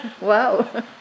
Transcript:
Wow